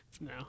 No